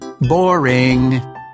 boring